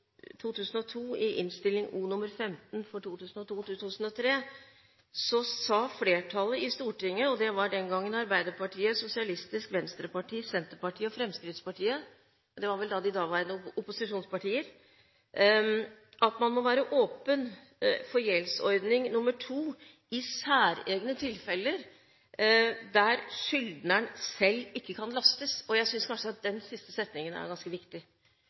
Stortinget, og det var den gangen Arbeiderpartiet, Sosialistisk Venstreparti, Senterpartiet og Fremskrittspartiet – det var vel de daværende opposisjonspartier – at man må være åpen for gjeldsordning nr. 2 i «særegne tilfeller» der skyldneren selv ikke kan lastes. Jeg synes kanskje at den siste setningen er ganske viktig,